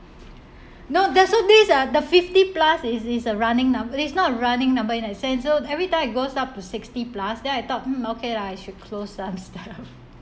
no that's so these are the fifty plus is is a running num~ it's not running number in that sense of every time it goes up to sixty plus then I thought um okay lah I should close some stuff